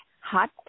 Hot